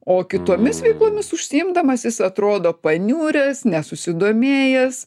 o kitomis veiklomis užsiimdamas jis atrodo paniuręs nesusidomėjęs